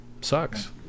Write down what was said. Sucks